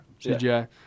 CGI